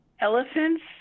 elephants